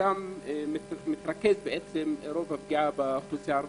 שם מתרכז רוב הפגיעה באוכלוסייה הערבית,